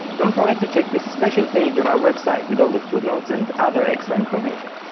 don't forget to check the special page on our website with all the footnotes and other extra information.